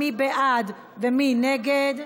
מי בעד ומי נגד?